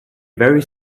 very